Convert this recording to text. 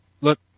look